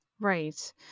Right